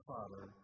Father